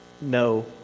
no